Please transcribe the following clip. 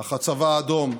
אך הצבא האדום,